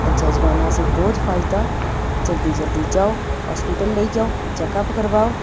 अज्जै जमानै असेंई बौह्त फायदा जल्दी जल्दी जाओ होस्पिटल लेई जाओ चैकअप करवाओ